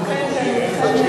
אכן כן.